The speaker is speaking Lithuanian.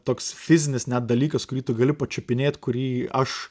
toks fizinis dalykas kurį tu gali pačiupinėt kurį aš